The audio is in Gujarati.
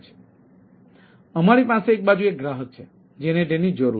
તેથી અમારી પાસે એક બાજુ એક ગ્રાહક છે જેને તેની જરૂર છે